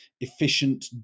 efficient